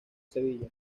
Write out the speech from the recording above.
sevilla